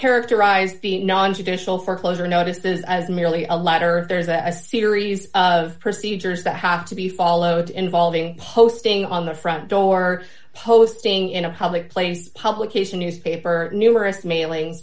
characterize the nontraditional foreclosure notices as merely a letter there is a series of procedures that have to be followed involving posting on the front door posting in a public place publication newspaper numerous mailing